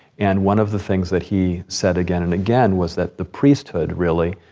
and one of the things that he said again and again was that the priesthood, really,